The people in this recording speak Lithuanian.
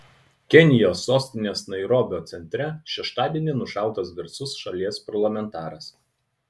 kenijos sostinės nairobio centre šeštadienį nušautas garsus šalies parlamentaras